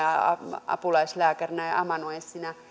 apulaislääkärinä ja amanuenssina